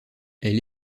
elle